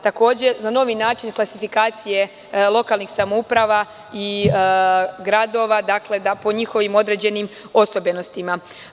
Takođe, za novi način klasifikacije lokalnih samouprava i gradova, dakle po njihovim određenim osobenostima.